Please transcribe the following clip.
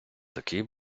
такий